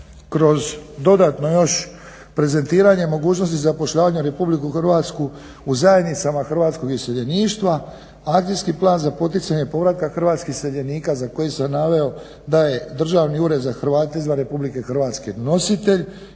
kroz dodatno još prezentiranje mogućnosti zapošljavanja RH u zajednicama hrvatskog iseljeništva, akcijski plan za poticanje povratka hrvatskih iseljenika za koji sam naveo da je državni ured za Hrvate izvan RH nositelj